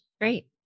Great